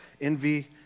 envy